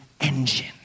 engine